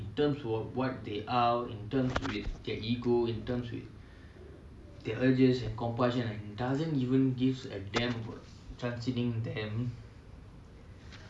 in terms of what they are in terms with their ego in terms with their urges and compulsion and doesn't even give a damn about transiting them